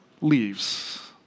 leaves